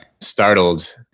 startled